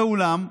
ואולם,